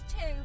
two